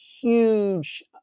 huge